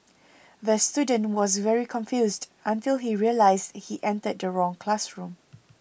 the student was very confused until he realised he entered the wrong classroom